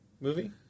movie